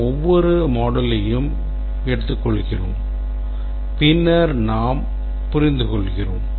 நாம் ஒவ்வொரு moduleயையும் எடுத்துக்கொள்கிறோம் பின்னர் நாம் புரிந்துகொள்கிறோம்